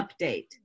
update